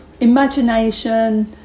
imagination